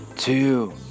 two